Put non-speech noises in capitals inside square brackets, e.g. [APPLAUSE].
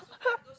[LAUGHS]